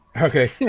Okay